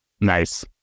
Nice